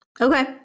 Okay